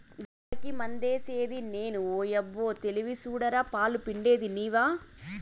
గోవులకి మందేసిది నేను ఓయబ్బో తెలివి సూడరా పాలు పిండేది నీవా